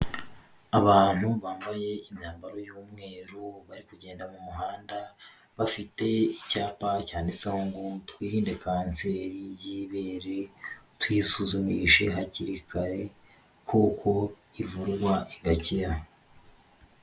Abantu bambaye imyambaro y'umweru bari kugenda mu muhanda, bafite icyapa cyanditseho ngo ''Twirinde kanseri y'ibere, tuyisuzumishe hakiri kare kuko ivurwa igakira.''